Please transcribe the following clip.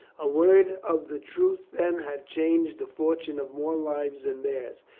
a word of the truth then had changed the fortune of more lives than theirs.